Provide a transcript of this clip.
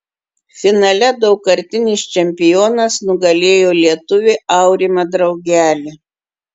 finale daugkartinis čempionas nugalėjo lietuvį aurimą draugelį